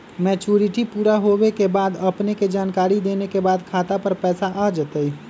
Maturity पुरा होवे के बाद अपने के जानकारी देने के बाद खाता पर पैसा आ जतई?